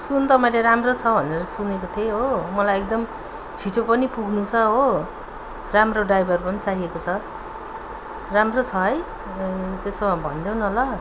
सुन्नु त मैले राम्रो छ भनेर सुनेको थिएँ हो मलाई एकदम छिटो पनि पुग्नु छ हो राम्रो ड्राइभर पनि चाहिएको छ राम्रो छ है त्यसोभए भनिदेउ न ल